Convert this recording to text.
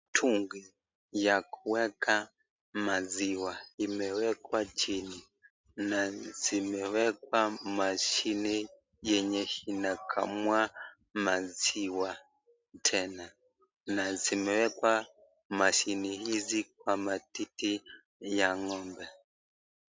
Mtungi ya kueka maziwa imewekwa chini na zimewekwa mashini yenye kukamua maziwa tena. Na zimewekwa mashini hizi kwa matiti ya ng'ombe.